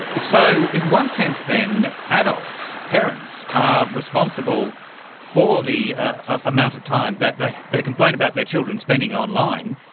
so in one sense then adults, parents, are responsible for the amount of time that they they complain about their children spending online,